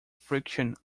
friction